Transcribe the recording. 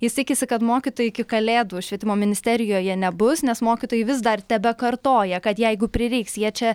jis tikisi kad mokytojai iki kalėdų švietimo ministerijoje nebus nes mokytojai vis dar tebekartoja kad jeigu prireiks jie čia